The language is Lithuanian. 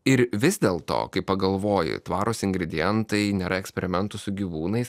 ir vis dėl to kai pagalvoji tvarūs ingredientai nėra eksperimentų su gyvūnais